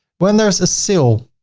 when there's a sale,